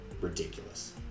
ridiculous